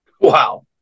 Wow